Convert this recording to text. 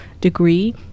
degree